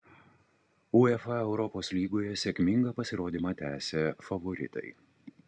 uefa europos lygoje sėkmingą pasirodymą tęsia favoritai